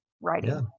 writing